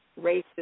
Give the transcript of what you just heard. racist